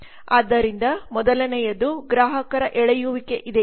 ಆದ್ದರಿಂದ ಮೊದಲನೆಯದು ಗ್ರಾಹಕರ ಎಳೆಯುವಿಕೆ ಇದೆ